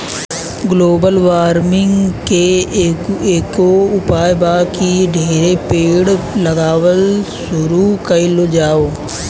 global warming के एकेगो उपाय बा की ढेरे पेड़ लगावल शुरू कइल जाव